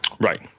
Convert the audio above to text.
Right